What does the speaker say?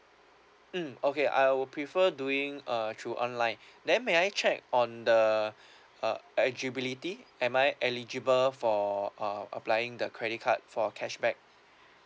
mm okay I will prefer doing uh through online then may I check on the uh eligibility am I eligible for uh applying the credit card for cashback